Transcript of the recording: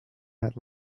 had